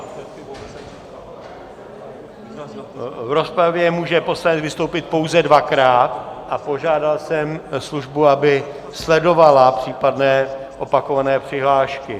V rozpravě může poslanec vystoupit pouze dvakrát a požádal jsem službu, aby sledovala případné opakované přihlášky.